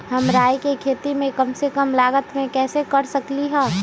हम राई के खेती कम से कम लागत में कैसे कर सकली ह?